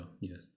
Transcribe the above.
Yes